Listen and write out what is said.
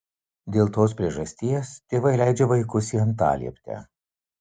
dėl tos priežasties tėvai leidžia vaikus į antalieptę